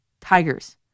Tigers